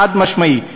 חד-משמעית.